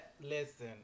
Listen